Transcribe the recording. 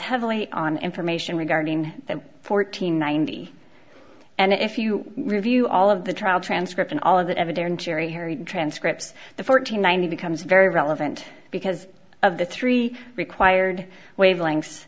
heavily on information regarding the fourteen ninety and if you review all of the trial transcript and all of that evidence cherry harry transcripts the fourteen ninety becomes very relevant because of the three required wavelengths